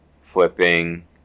flipping